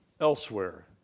elsewhere